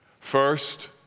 First